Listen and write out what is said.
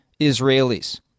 Israelis